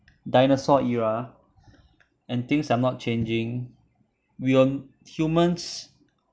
dinosaur era and things are not changing we will humans